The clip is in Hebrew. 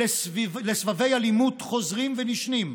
לסבבי אלימות חוזרים ונשנים,